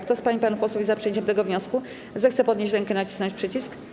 Kto z pań i panów posłów jest za przyjęciem tego wniosku, zechce podnieść rękę i nacisnąć przycisk.